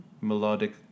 melodic